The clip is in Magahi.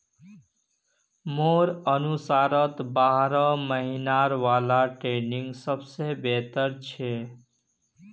मोर अनुसार बारह महिना वाला ट्रेनिंग सबस बेहतर छ